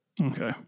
Okay